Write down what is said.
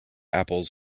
apples